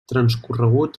transcorregut